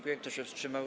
Kto się wstrzymał?